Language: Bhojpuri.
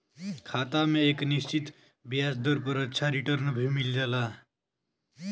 खाता में एक निश्चित ब्याज दर पर अच्छा रिटर्न भी मिल जाला